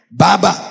baba